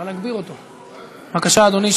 בבקשה, אדוני.